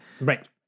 Right